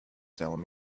telling